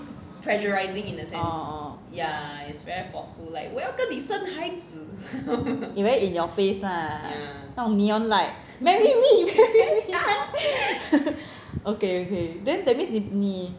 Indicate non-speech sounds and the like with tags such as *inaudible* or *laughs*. orh orh very in your face lah 那种 neon light marry me marry me *laughs* ok ok then that means 你你